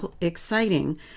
exciting